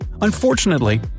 Unfortunately